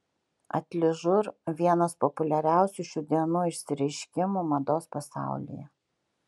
atližur vienas populiariausių šių dienų išsireiškimų mados pasaulyje